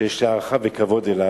ויש לי הערכה וכבוד אליו.